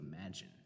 imagine